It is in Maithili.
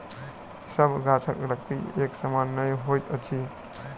सभ गाछक लकड़ी एक समान नै होइत अछि